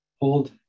Hold